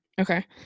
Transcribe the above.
Okay